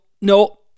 no